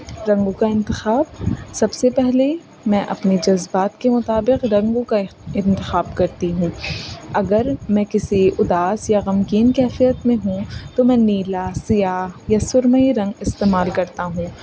رنگوں کا انتخاب سب سے پہلے میں اپنے جذبات کے مطابق رنگوں کا انتخاب کرتی ہوں اگر میں کسی اداس یا غمگین کیفیت میں ہوں تو میں نیلا سیاہ یا سرمئی رنگ استعمال کرتا ہوں